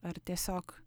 ar tiesiog